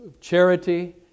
charity